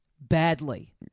badly